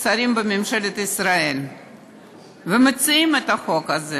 שרים בממשלת ישראל והמציעים של החוק הזה,